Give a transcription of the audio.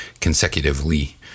consecutively